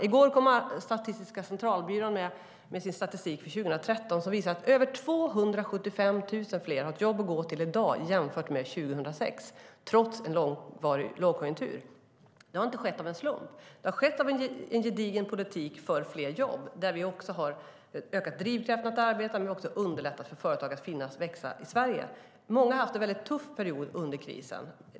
I går kom Statistiska centralbyråns statistik för 2013 som visar att över 275 000 fler har ett jobb att gå till i dag jämfört med 2006, trots en långvarig lågkonjunktur. Det har inte skett av en slump. Det har skett genom en gedigen politik för fler jobb. Vi har ökat drivkraften för att arbeta, men vi har också underlättat för företag att finnas och växa i Sverige. Många har haft en tuff period under krisen.